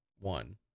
one